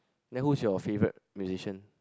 then who's your favorite musician